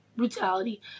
brutality